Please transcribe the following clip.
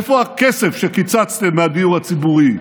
איפה הכסף שקיצצתם מהדיור הציבורי?